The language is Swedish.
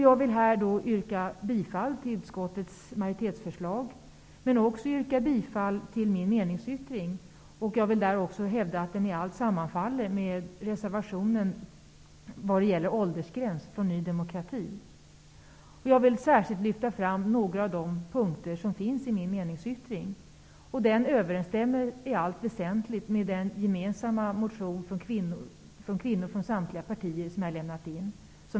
Jag vill yrka bifall till utskottets majoritetsförslag, men också yrka bifall till min meningsyttring. Jag vill hävda att den i allt sammanfaller med reservationen om åldersgräns från Ny demokrati. Jag vill särskilt lyfta fram några av de punkter som finns i min meningsyttring. En av dem överensstämmer i allt väsentligt med den gemensamma motion som kvinnor från samtliga partier har lämnat in.